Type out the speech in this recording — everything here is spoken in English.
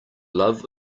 love